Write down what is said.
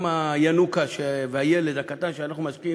גם הינוקא והילד הקטן שאנחנו משקיעים